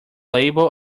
label